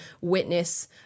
witness